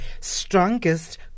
strongest